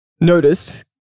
noticed